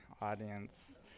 audience